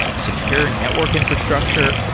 secure network infrastructure,